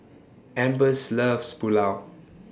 Ambers loves Pulao